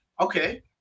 Okay